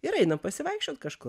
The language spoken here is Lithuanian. ir einam pasivaikščiot kažkur